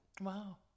Wow